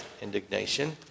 indignation